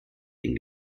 den